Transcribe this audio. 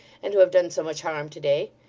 and who have done so much harm to-day.